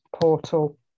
portal